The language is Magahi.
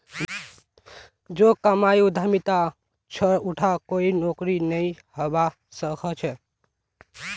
जो कमाई उद्यमितात छ उटा कोई नौकरीत नइ हबा स ख छ